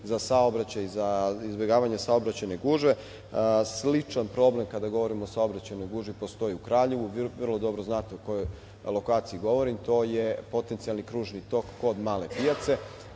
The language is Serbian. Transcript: za saobraćaj, za izbegavanje saobraćajne gužve. Sličan problem postoji kada govorim o saobraćajnoj gužvi u Kraljevu, vrlo dobro znate o kojoj lokaciji govorim. To je potencijalni kružni tok kod Male pijace,